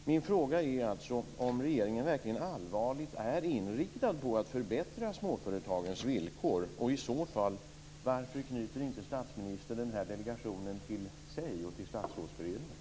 Min fråga är om regeringen verkligen allvarligt är inriktad på att förbättra småföretagens villkor. Och i så fall: Varför knyter inte statsministern den här delegationen till sig och till Statsrådsberedningen?